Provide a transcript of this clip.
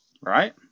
right